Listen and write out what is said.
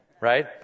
Right